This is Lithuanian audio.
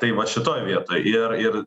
tai va šitoj vietoj ir ir